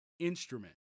instrument